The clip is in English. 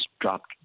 dropped